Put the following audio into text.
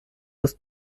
des